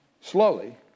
slowly